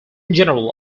general